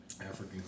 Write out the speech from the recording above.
African